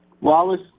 Wallace